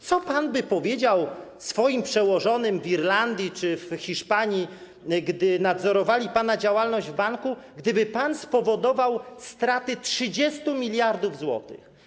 Co pan by powiedział swoim przełożonym w Irlandii czy w Hiszpanii, gdy nadzorowali pana działalność w banku, gdyby pan spowodował straty 30 mld zł?